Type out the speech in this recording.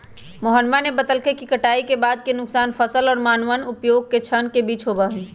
मोहनवा ने बतल कई कि कटाई के बाद के नुकसान फसल और मानव उपभोग के क्षण के बीच होबा हई